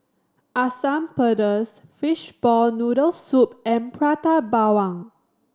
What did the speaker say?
Asam Pedas fishball noodle soup and Prata Bawang